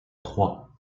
trois